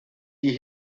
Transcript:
die